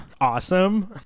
awesome